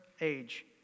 age